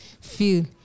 feel